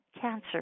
cancer